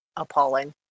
Appalling